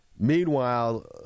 Meanwhile